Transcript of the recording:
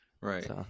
Right